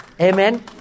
Amen